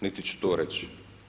Niti ću to reći.